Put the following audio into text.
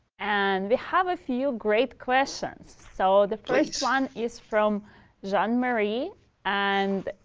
and we have a few great questions. so the first one is from jean-marie and